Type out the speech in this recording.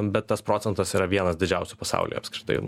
bet tas procentas yra vienas didžiausių pasaulyje apskritai